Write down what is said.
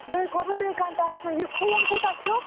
بیٚیہِ کوٚروٕ بیٚیہِ کانٛہہ ٹیٚسٹہٕ یہِ خوٗن کوٗتاہ چھُو